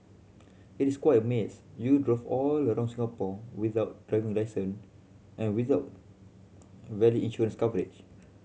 it is quite amaze you drove all around Singapore without driving licence and without valid insurance coverage